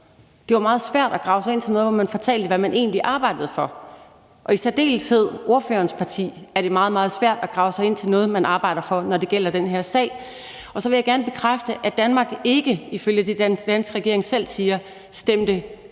Det var meget svært at grave sig ind til noget, hvor man fortalte, hvad man egentlig arbejdede for. Og især i forbindelse med ordførerens parti er det meget, meget svært at grave sig ind til noget, man arbejder for, når det gælder den her sag. Så vil jeg også gerne bekræfte, at Danmark ikke, som regeringen selv siger, undlod at